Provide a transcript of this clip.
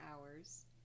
hours